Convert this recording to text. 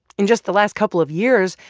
in just the last couple of years,